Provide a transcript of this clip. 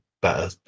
better